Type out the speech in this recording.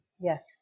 yes